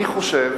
אני חושב